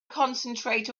concentrate